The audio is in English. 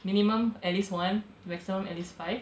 minimum at least one maximum at least five